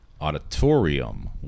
auditorium